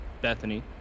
Bethany